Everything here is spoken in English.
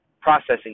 processing